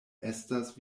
estas